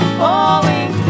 falling